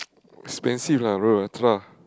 expensive lah bro Ultra